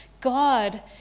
God